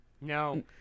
no